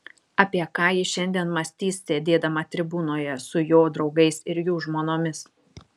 apie ką ji šiandien mąstys sėdėdama tribūnoje su jo draugais ir jų žmonomis